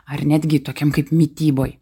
ar netgi tokiam kaip mityboj